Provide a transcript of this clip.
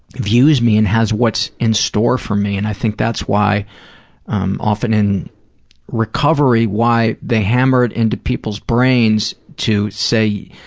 views me and has what's in store for me, and i think that's why um often in recovery why they hammer it into people's brains to say,